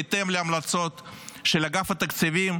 בהתאם להמלצות של אגף התקציבים,